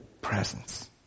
presence